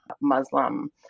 Muslim